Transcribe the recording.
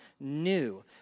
new